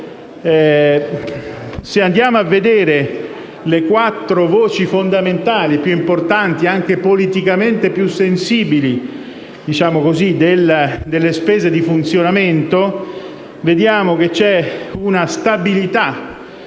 Se andiamo a vedere le quattro voci fondamentali, più importanti e anche politicamente più sensibili, diciamo così, delle spese di funzionamento, vediamo che c'è un leggero